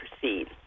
proceed